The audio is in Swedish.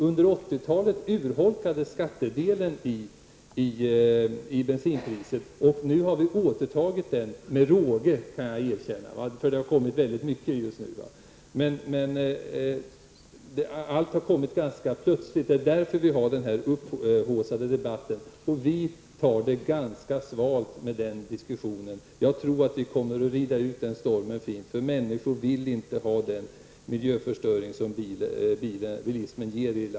Under 80-talet urholkades skattedelen i bensinpriset och nu har vi återtagit den, med råge kan jag erkänna. Allt har kommit ganska plötsligt. Det är därför vi har den här upphaussade debatten. Vi tar den diskussionen ganska svalt. Jag tror att vi kommer att rida ut stormen. Människor vill inte ha den miljöförstöring som bilismen medför.